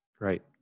Right